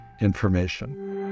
information